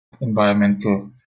environmental